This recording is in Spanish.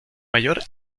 mayor